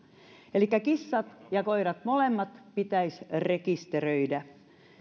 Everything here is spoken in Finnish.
elikkä kissat ja koirat molemmat pitäisi rekisteröidä